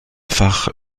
fach